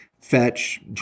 Fetch